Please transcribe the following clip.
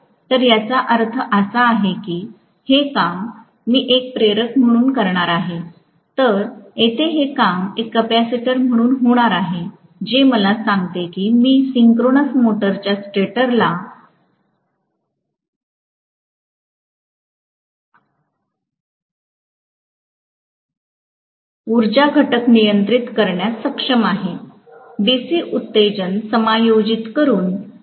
तर याचा अर्थ असा आहे की हे काम मी एक प्रेरक म्हणून करणार आहे तर येथे हे काम एक कॅपेसिटर म्हणून होणार आहे जे मला सांगते की मी सिंक्रोनस मोटरच्या स्टेटर बाजूला उर्जा घटक नियंत्रित करण्यास सक्षम आहे डीसी उत्तेजन समायोजित करून